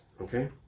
Okay